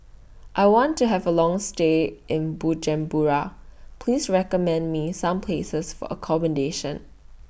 I want to Have A Long stay in Bujumbura Please recommend Me Some Places For accommodation